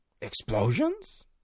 Explosions